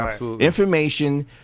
Information